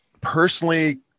personally